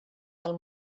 del